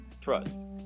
trust